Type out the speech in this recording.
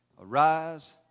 Arise